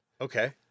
Okay